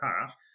half